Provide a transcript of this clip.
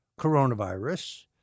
coronavirus